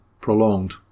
prolonged